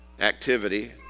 activity